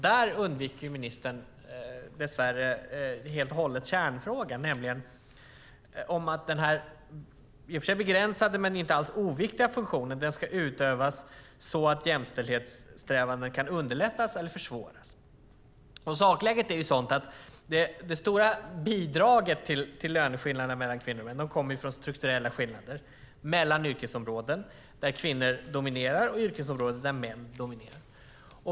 Där undviker ministern dess värre helt och hållet kärnfrågan, nämligen att den här i och för sig begränsade men inte alls oviktiga funktionen kan utövas så att jämställdhetssträvandena underlättas eller försvåras. Sakläget är att det stora bidraget till löneskillnaderna mellan kvinnor och män kommer från strukturella skillnader mellan yrkesområden där kvinnor dominerar och yrkesområden där män dominerar.